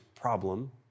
problem